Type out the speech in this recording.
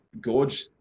Gorge